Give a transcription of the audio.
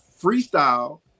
freestyle